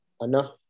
enough